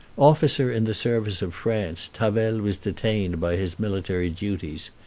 officer in the service of france, tavel was detained by his military duties.